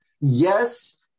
Yes